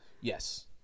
yes